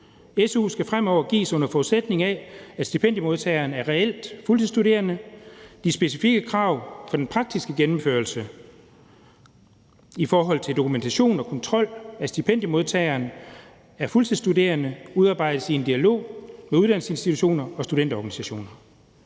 Su skal fremover gives, under forudsætning af at stipendiemodtageren er reelt fuldtidsstuderende. De specifikke krav for den praktiske gennemførelse i forhold til dokumentation og kontrol af, at stipendiemodtageren er fuldtidsstuderende, udarbejdes i en dialog med uddannelsesinstitutioner og studenterorganisationer.